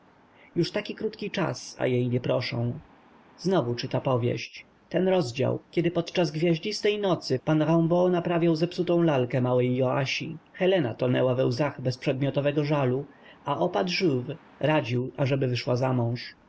już taki krótki czas a jej nie proszą znowu czyta powieść ten rozdział kiedy podczas gwiaździstej nocy p rambaud naprawiał zepsutą lalkę małej joasi helena tonęła we łzach bezprzedmiotowego żalu a opat jouve radził ażeby wyszła za